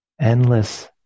endless